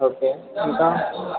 okay ఇంకా